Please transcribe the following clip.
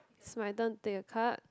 it's my turn to take a card